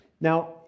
Now